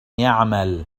يعمل